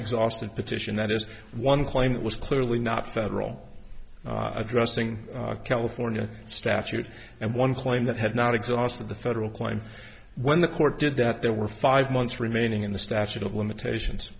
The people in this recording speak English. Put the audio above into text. exhaustive petition that is one claim that was clearly not federal addressing california statute and one claim that had not exhausted the federal crime when the court did that there were five months remaining in the statute of limitations